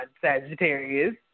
Sagittarius